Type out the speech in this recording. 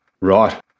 Right